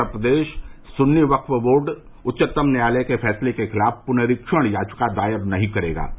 उत्तर Pradesh Sunni Waqf board उच्चतम न्यायालय के फैंसले के खिलाफ पुनरीक्षण याचिका दायर नहीं करेगा